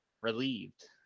relieved